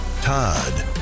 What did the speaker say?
Todd